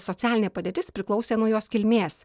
socialinė padėtis priklausė nuo jos kilmės